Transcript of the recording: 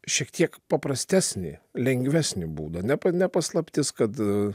šiek tiek paprastesnį lengvesnį būdą ne ne paslaptis kad